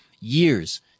years